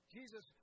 Jesus